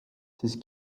siis